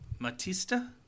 matista